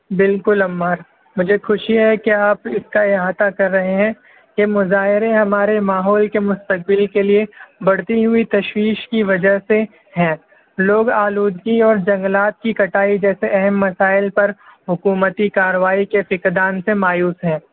بالکل عمار مجھے خوشی ہے کہ آپ اس کا احاطہ کر رہے ہیں کہ مظاہرے ہمارے ماحول کے مستقبل کے لیے بڑھتی ہوئی تشویش کی وجہ سے ہیں لوگ آلودگی اور جنگلات کی کٹائی جیسے اہم مسائل پر حکومتی کاروائی کے فقدان سے مایوس ہیں